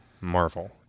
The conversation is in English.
MARVEL